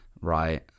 Right